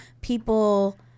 people